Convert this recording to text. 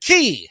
Key